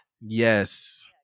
Yes